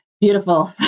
beautiful